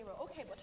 Okay